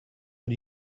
but